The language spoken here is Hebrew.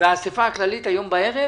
והאסיפה הכללית היום בערב